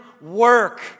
work